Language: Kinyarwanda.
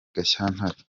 gashyantare